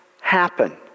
happen